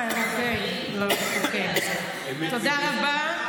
תודה רבה.